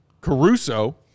Caruso